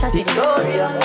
Victoria